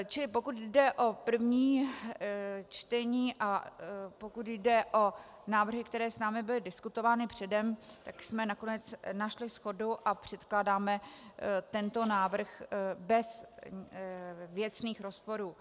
Čili pokud jde o první čtení a pokud jde o návrhy, které s námi byly diskutovány předem, tak jsme nakonec našli shodu a předkládáme tento návrh bez věcných rozporů.